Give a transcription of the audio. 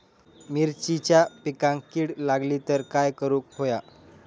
मिरचीच्या पिकांक कीड लागली तर काय करुक होया?